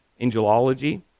angelology